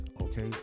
okay